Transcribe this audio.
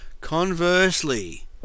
conversely